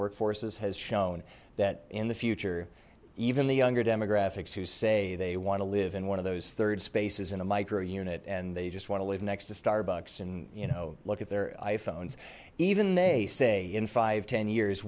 workforces has shown that in the future even the younger demographics who say they want to live in one of those third spaces in a micro unit and they just want to live next to starbucks and you know look at their iphones even they say in five ten years